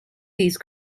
these